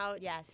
Yes